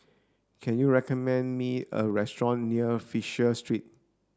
can you recommend me a restaurant near Fisher Street